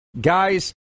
Guys